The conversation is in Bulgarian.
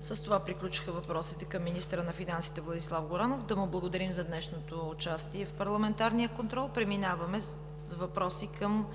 С това приключиха въпросите към министъра на финансите Владислав Горанов. Да му благодарим за днешното участие в парламентарния контрол. Преминаваме с въпроси към